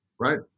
Right